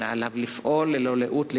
אלא עליו לפעול ללא לאות לתיקונו.